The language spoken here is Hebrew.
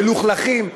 מלוכלכים,